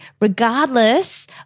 regardless